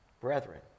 brethren